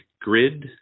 grid